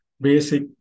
basic